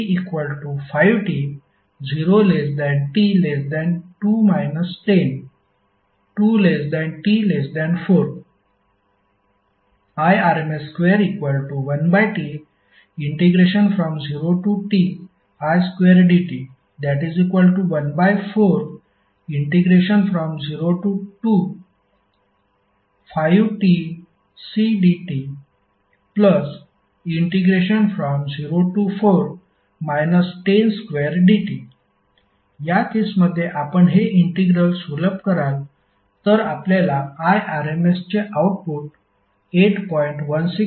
it5t0t2 102t4 Irms21T0Ti2dt14025tcdt24 102dt या केसमध्ये आपण हे इंटिग्रल सुलभ कराल तर आपल्याला Irms चे आउटपुट 8